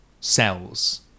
Cells